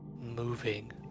moving